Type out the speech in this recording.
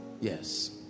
Yes